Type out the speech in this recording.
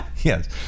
Yes